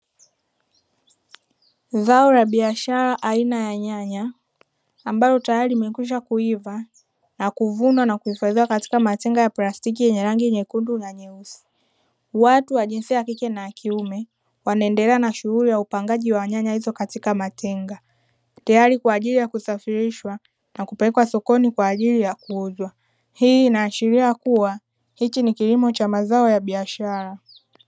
Zao la biashara aina ya nyanya ambalo tayari limekwisha kuiva na kuvunwa, na kuhifadhiwa katika matenga ya plastiki yenye rangi nyekundu na nyeusi. Watu wa jinsia ya kike na kiume wanaendelea na shughuli ya upangaji wa nyanya hizo katika matenga, tayari kwa ajili ya kusafirishwa na kupelekwa sokoni kwa ajili ya kuuzwa. Hii inaashiria kuwa hiki ni kilimo cha mazao ya biashara.